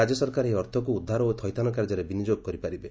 ରାଜ୍ୟ ସରକାର ଏହି ଅର୍ଥକୁ ଉଦ୍ଧାର ଓ ଥଇଥାନ କାର୍ଯ୍ୟରେ ବିନିଯୋଗ କରିପାରିବେ